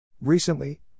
Recently